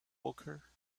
poker